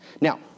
Now